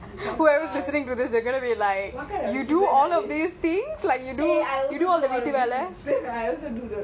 whoever's listening to this they're going to be like you do all of these things like you do you do all the வீடு வேலை:veetu velai